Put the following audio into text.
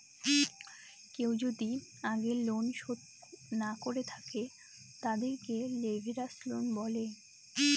কেউ যদি আগের লোন শোধ না করে থাকে, তাদেরকে লেভেরাজ লোন বলে